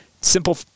simple